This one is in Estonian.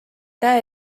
käe